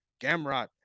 Gamrot